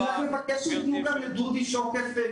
אני רק מבקש שתיתנו גם לדודי שוקף,